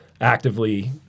actively